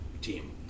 team